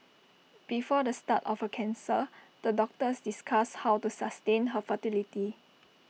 before the start of her cancer the doctors discussed how to sustain her fertility